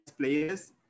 players